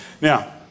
Now